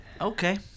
Okay